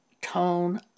tone